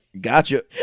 gotcha